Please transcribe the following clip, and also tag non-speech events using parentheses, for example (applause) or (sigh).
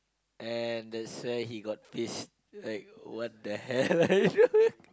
and that's where he got this like what the hell are you doing (laughs)